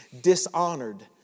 dishonored